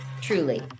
truly